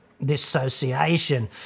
dissociation